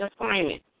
assignment